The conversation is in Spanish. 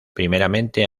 primeramente